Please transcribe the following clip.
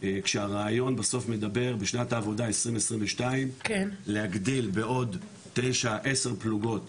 כשהרעיון בסוף מדבר בשנת העבודה 2022 להגדיל בעוד תשע-עשר פלוגות